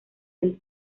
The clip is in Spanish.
del